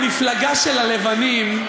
במפלגה של הלבנים,